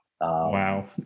Wow